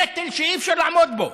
נטל שאי-אפשר לעמוד בו,